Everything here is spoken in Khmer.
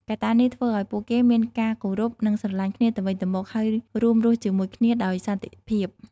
កត្តានេះធ្វើឲ្យពួកគេមានការគោរព និងស្រឡាញ់គ្នាទៅវិញទៅមក ហើយរួមរស់ជាមួយគ្នាដោយសន្តិភាព។